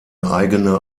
eigene